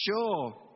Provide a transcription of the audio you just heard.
Sure